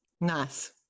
Nice